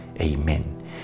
Amen